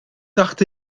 taħt